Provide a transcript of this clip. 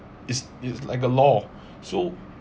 is it's like a law so